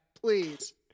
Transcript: please